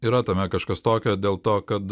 yra tame kažkas tokio dėl to kad